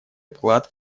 вклад